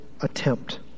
attempt